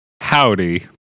Howdy